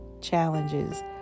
challenges